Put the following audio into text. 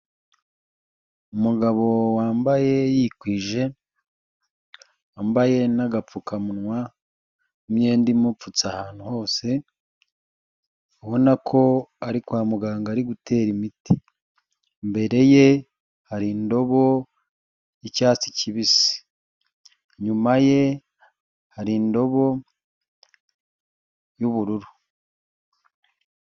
Umugabo wambaye yikwije, wambaye n'agapfukamunwa n' imyenda imupfutse ahantu hose, ubona ko ari kwa muganga ari gutera imiti. Imbere ye hari indobo y'icyatsi kibisi. Inyuma ye hari indobo y'ubururu.